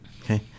Okay